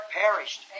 perished